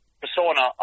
persona